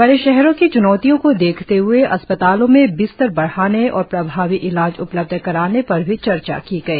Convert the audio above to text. बड़े शहरों की चुनौतियों को देखते हुए अस्पतालों में बिस्तर बढाने और प्रभावी इलाज उपलब्ध कराने पर भी चर्चा की गई